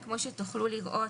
כפי שתוכלו לראות,